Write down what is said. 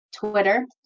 Twitter